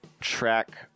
track